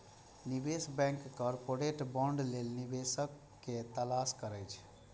निवेश bank corporate bond लेल निवेशक के तलाश करै छै